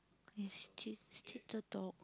this little dog